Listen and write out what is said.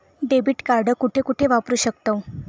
Debit card कुठे कुठे वापरू शकतव?